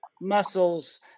Muscles